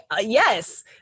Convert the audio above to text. Yes